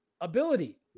ability